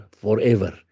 forever